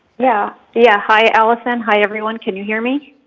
yeah yeah hi, allison, hi, everyone. can you hear me?